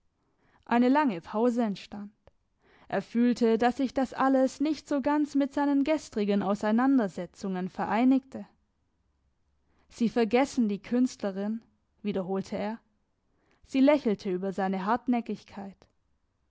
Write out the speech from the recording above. eine lange pause entstand er fühlte dass sich das alles nicht so ganz mit seinen gestrigen auseinandersetzungen vereinigte sie vergessen die künstlerin wiederholte er sie lächelte über seine hartnäckigkeit